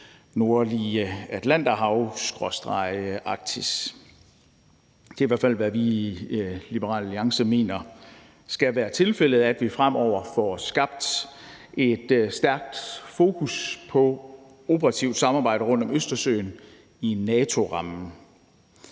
nordlige Atlanterhav skråstreg Arktis. Det er i hvert fald, hvad vi i Liberal Alliance mener skal være tilfældet, altså at vi fremover får skabt et stærkt fokus på operativt samarbejde rundt om Østersøen i NATO-rammen